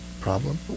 problem